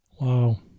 Wow